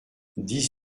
dix